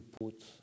put